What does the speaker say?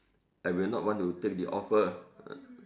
I will not want to take the offer